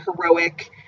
heroic